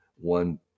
one